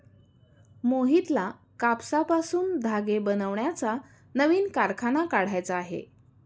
मोहितला कापसापासून धागे बनवण्याचा नवीन कारखाना काढायचा आहे